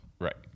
Right